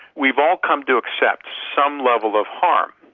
we've all come to accept some level of harm.